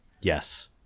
Yes